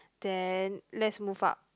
then let's move up